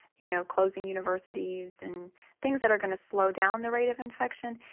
you know, closing universities and things that are going to slow down the rate of infection,